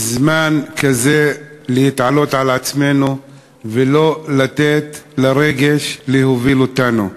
בזמן כזה הוא להתעלות על עצמנו ולא לתת לרגש להוביל אותנו.